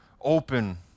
open